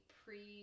pre